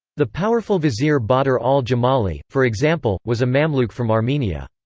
the powerful vizier badr al-jamali, for example, was a mamluk from armenia.